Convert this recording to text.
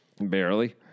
barely